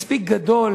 מספיק גדול